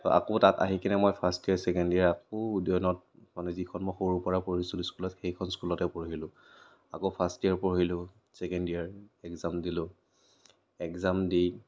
আকৌ তাত আহি কেনে মই ফাৰ্স্ট ইয়েৰ ছেকেণ্ড ইয়েৰ আকৌ উদয়নত মানে যিখন মই সৰুৰপৰা পঢ়িছিলোঁ স্কুলত সেইখন স্কুলতে পঢ়িলোঁ আকৌ ফাৰ্স্ট ইয়েৰত পঢ়িলোঁ ছেকেণ্ড ইয়েৰত এগ্জাম দিলোঁ এগ্জাম দি